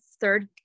third